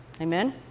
Amen